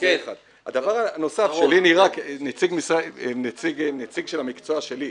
הדבר הנוסף שלי, כנציג של המקצוע שלי,